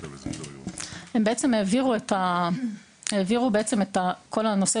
הם בעצם העבירו את כל נושא